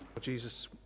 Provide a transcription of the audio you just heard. Jesus